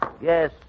Yes